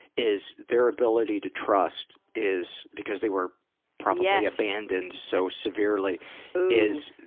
is their ability to trust is because they were probably yeah abandoned so severely is